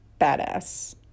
badass